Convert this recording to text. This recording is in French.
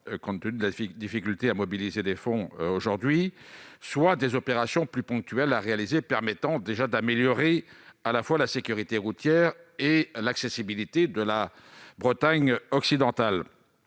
compte tenu de la difficulté actuelle à mobiliser des fonds, soit des opérations plus ponctuelles permettant d'améliorer, à la fois, la sécurité routière et l'accessibilité de la Bretagne occidentale.